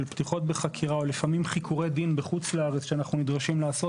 פתיחות בחקירה או לפעמים חיקורי דין בחוץ לארץ שאנחנו נדרשים לעשות,